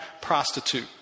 prostitute